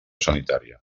sanitària